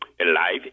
alive